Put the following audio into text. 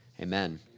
amen